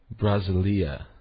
Brasilia